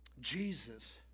Jesus